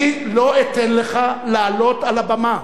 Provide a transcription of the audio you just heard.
אני לא אתן לך לעלות על הבמה.